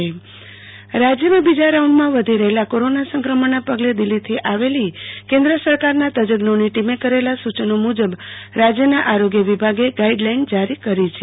આરતી ભટ દિલ્હી તજજ્ઞોની ટીમ રાજયમાં બીજા રાઉન્ડમાં વધી રહેલા કોરોના સંક્રમણના પગલ દિલ્હીથી આવેલો કેન્દ્ર સરકાર ના તજજ્ઞોની ટોમે કરેલા સુચનો મુજબ રાજયના આરોગ્ય વિભાગ ગાઈડલાઈન જારી કરી છે